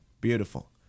Beautiful